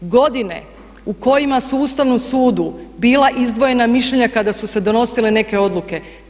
Godine u kojima su u Ustavnom sudu bila izdvojena mišljenja kada su se donosile neke odluke.